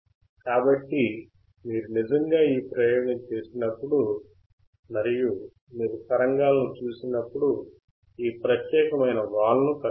కాబట్టి మీరు నిజంగా ఈ ప్రయోగం చేసినప్పుడు మరియు మీరు తరంగాలను చూసినప్పుడు ఈ ప్రత్యేకమైన వాలు ను కనుగొంటారు